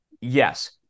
Yes